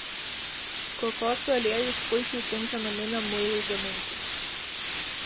kokosų aliejus puikiai tinka naminiam muilui gaminti